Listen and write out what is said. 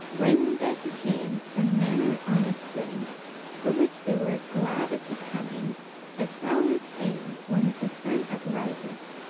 when that he came, some manner honest thing for which they were as glad of his coming as fowl is fain when that the sun upriseth.